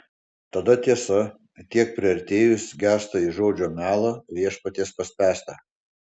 tada tiesa tiek priartėjus gęsta į žodžio melą viešpaties paspęstą